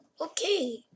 Okay